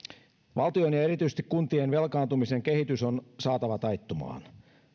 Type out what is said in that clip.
valtion ja erityisesti kuntien velkaantumisen kehitys on saatava taittumaan